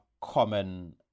common